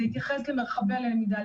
זה יתייחס למרחבי למידה,